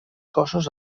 cossos